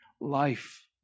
life